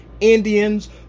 Indians